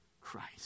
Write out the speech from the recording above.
Christ